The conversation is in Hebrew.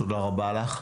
תודה רבה לך.